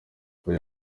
uyu